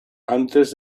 antes